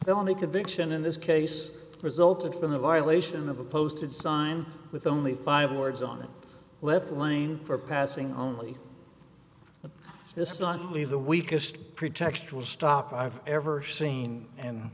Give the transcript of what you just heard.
the only conviction in this case resulted from the violation of a posted sign with only five words on it left lane for passing only this is not only the weakest pretextual stop i've ever seen and